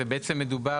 ובעצם מדובר,